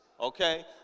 okay